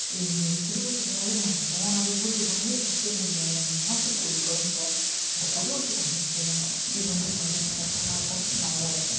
எங்கள் குடும்ப சமையலாகவே நாங்கள் போனாலே ஊருக்கு போனாலே ஃபஸ்ட்டு வந்து இந்த நாட்டு கோழிக் கொழம்பும் இந்த கருவாட்டுக் கொழம்பும் செய்வாங்க இது வந்து கொஞ்சம் ஸ்பெஷலாக இருக்கும் நல்லாயிருக்கும்